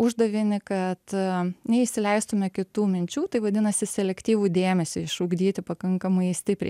uždavinį kad neįsileistume kitų minčių tai vadinasi selektyvų dėmesį išugdyti pakankamai stipriai